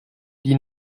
dis